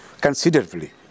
considerably